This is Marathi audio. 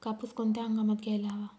कापूस कोणत्या हंगामात घ्यायला हवा?